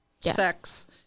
sex